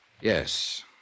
Yes